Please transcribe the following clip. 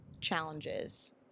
challenges